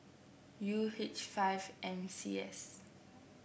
U H five M C S